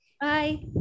Bye